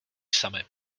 samy